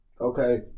Okay